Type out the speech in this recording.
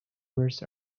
burst